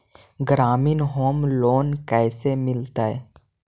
ग्रामीण home loan कैसे मिलतै?